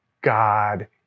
God